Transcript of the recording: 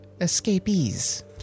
escapees